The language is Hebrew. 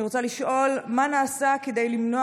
אני רוצה לשאול: מה נעשה כדי למנוע